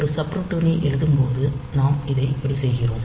ஒரு சப்ரூட்டீனை எழுதும்போது நாம் இதை இப்படி செய்கிறோம்